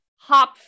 hop